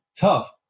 tough